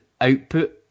output